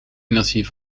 energie